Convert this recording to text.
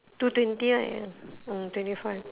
two twenty right ya mm twenty five